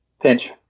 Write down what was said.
Pinch